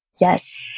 Yes